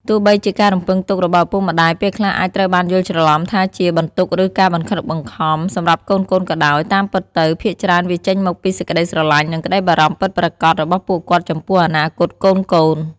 ទោះបីជាការរំពឹងទុករបស់ឪពុកម្ដាយពេលខ្លះអាចត្រូវបានយល់ច្រឡំថាជា បន្ទុក ឬ ការបង្ខិតបង្ខំ សម្រាប់កូនៗក៏ដោយ តាមពិតទៅ ភាគច្រើនវាចេញមកពីសេចក្ដីស្រឡាញ់ និងក្ដីបារម្ភពិតប្រាកដ របស់ពួកគាត់ចំពោះអនាគតកូនៗ។